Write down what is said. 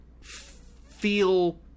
feel